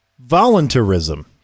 voluntarism